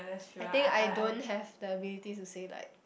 I think I don't have the ability to say like